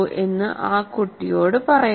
എന്ന് ആ കൂട്ടിയോട് പറയുന്നു